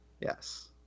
Yes